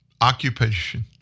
Occupation